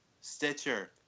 Stitcher